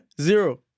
zero